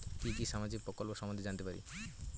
কি কি সামাজিক প্রকল্প সম্বন্ধে জানাতে পারি?